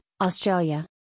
Australia